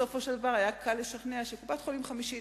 בסופו של דבר היה קל לשכנע שקופת-חולים חמישית,